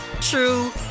true